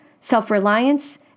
self-reliance